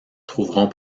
trouveront